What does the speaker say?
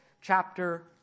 chapter